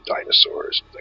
dinosaurs